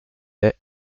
est